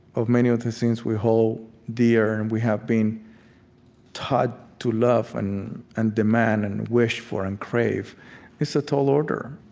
of many of the things we hold dear and we have been taught to love and and demand and and wish for and crave is a tall order